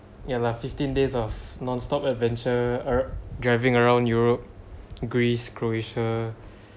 ya lah fifteen days of nonstop adventure err driving around europe greece croatia